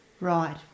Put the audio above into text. Right